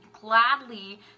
gladly